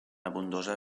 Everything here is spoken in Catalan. abundosa